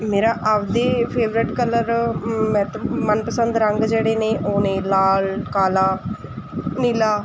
ਮੇਰਾ ਆਪਦਾ favourite colour ਮਹੱਤਵ ਮਨਪਸੰਦ ਰੰਗ ਜਿਹੜੇ ਨੇ ਉਹ ਨੇ ਲਾਲ ਕਾਲਾ ਨੀਲਾ